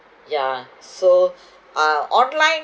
yeah so uh online